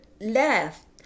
left